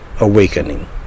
awakening